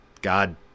God